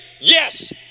yes